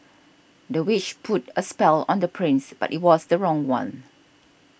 the witch put a spell on the prince but it was the wrong one